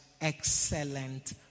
excellent